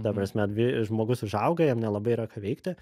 ta prasme dvi žmogus užauga jam nelabai yra ką veikti